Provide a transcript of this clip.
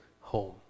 home